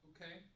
Okay